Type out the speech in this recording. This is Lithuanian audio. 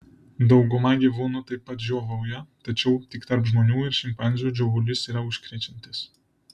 dauguma gyvūnų taip pat žiovauja tačiau tik tarp žmonių ir šimpanzių žiovulys yra užkrečiantis